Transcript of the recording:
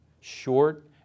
short